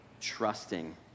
trusting